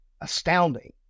astounding